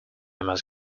must